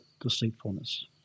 deceitfulness